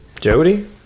Jody